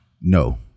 No